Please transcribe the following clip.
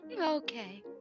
Okay